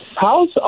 How's